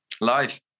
Life